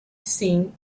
singh